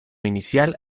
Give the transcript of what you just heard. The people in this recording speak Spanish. inicial